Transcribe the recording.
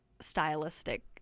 stylistic